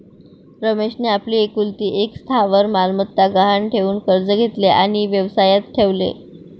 रमेशने आपली एकुलती एक स्थावर मालमत्ता गहाण ठेवून कर्ज घेतले आणि व्यवसायात ठेवले